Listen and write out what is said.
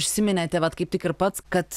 užsiminėte vat kaip tik ir pats kad